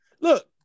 Look